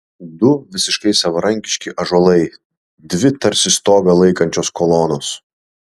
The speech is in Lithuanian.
du visiškai savarankiški ąžuolai dvi tarsi stogą laikančios kolonos